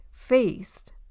faced